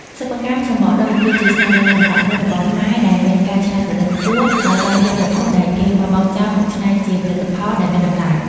សិប្បកម្មសំបកដូង គឺជាស្នាដៃសិល្បៈមួយរបស់ខ្មែរដែលមានការច្នៃប្រឌិតខ្ពស់ ដោយបានយកវត្ថុដែលគេបោះបង់ចោលមកច្នៃជាផលិតផលដែលមានតម្លៃ។